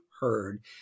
heard